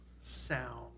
sound